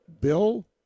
bill